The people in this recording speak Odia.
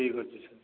ଠିକ୍ ଅଛି ସାର୍